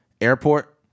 airport